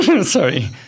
sorry